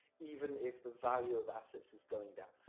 even if the value of assets is going down.